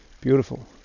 Beautiful